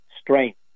strength